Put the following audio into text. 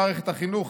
מערכת החינוך,